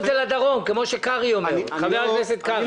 את זה לדרום כפי שחבר הכנסת קרעי אומר.